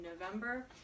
November